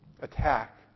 attack